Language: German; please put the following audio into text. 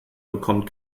bekommt